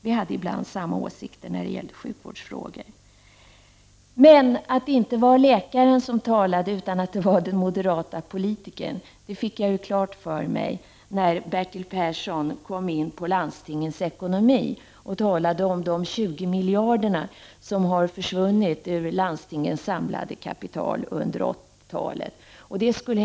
Vi hade ibland samma åsikter när det gällde sjukvårdsfrågor. Men att det inte var läkaren som talade, utan den moderate politikern, fick jag klart för mig när Bertil Persson kom in på landstingens ekonomi och talade om de 20 miljarder som har försvunnit från landstingens samlade kapital under 1980 talet.